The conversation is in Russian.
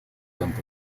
темпы